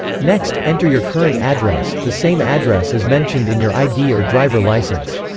next, enter your current address, the same address as mentioned in your id or driver license